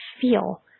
feel